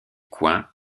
coin